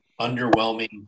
underwhelming